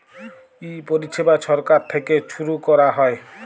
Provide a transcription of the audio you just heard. ই পরিছেবা ছরকার থ্যাইকে ছুরু ক্যরা হ্যয়